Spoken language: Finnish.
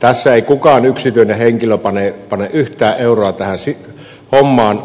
tässä ei kukaan yksityinen henkilö yhtään euroa tähän